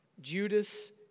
Judas